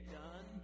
done